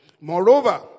Moreover